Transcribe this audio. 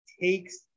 takes